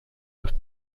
have